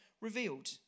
revealed